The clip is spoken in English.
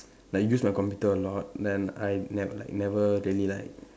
like use my computer a lot then I ne like never really like